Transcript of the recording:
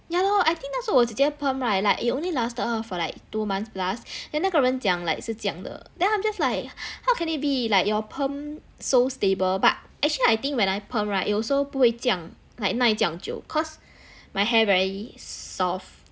ya lor I think 那时侯我姐姐 perm right like it only lasted her for like two months plus then 那个人讲 like 是这样的 then I'm just like how can it be like your perm so stable but actually I think when I perm right it will also 这样 like 不会耐 like 这样久 cause my hair very soft